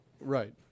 Right